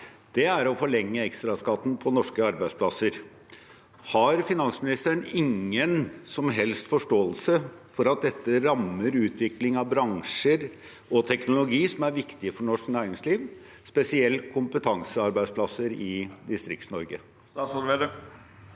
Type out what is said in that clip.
er å forlenge ekstraskatten på norske arbeidsplasser. Har finansministeren ingen som helst forståelse for at dette rammer utvikling av bransjer og teknologi som er viktige for norsk næringsliv, spesielt kompetansearbeidsplasser i Distrikts-Norge?